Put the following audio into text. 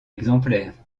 exemplaires